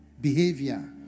behavior